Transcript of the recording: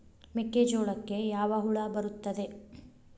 ಮೆಕ್ಕೆಜೋಳಕ್ಕೆ ಯಾವ ಹುಳ ಬರುತ್ತದೆ?